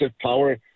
power